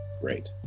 great